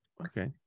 Okay